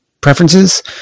preferences